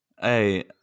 Hey